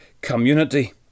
community